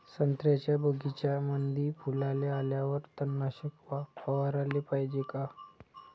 संत्र्याच्या बगीच्यामंदी फुलाले आल्यावर तननाशक फवाराले पायजे का?